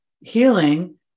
healing